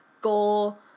goal